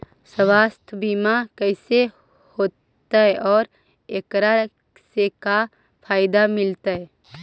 सवासथ बिमा कैसे होतै, और एकरा से का फायदा मिलतै?